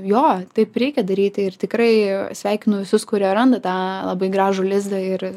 jo taip reikia daryti ir tikrai sveikinu visus kurie randa tą labai gražų lizdą ir